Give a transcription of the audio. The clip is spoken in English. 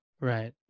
Right